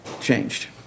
changed